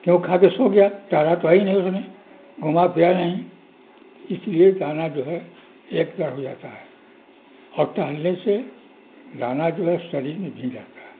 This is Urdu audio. کیوں کھا کے سو گیا ٹہلا تو ہے ہی نہیں اس نے گھما پھرا نہیں اس لیے دانا جو ہے ایک طرف ہو جاتا ہے اور ٹہلنے سے دانا جو ہے شریر میں بھی جاتا ہے